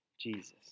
Jesus